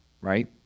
right